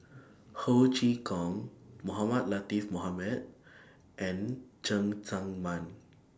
Ho Chee Kong Mohamed Latiff Mohamed and Cheng Tsang Man